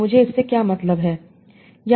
तो मुझे इससे क्या मतलब है